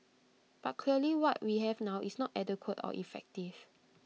but clearly what we have now is not adequate or effective